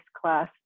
class